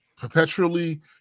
perpetually